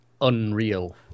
unreal